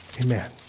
Amen